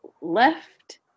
left